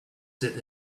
sit